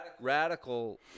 radical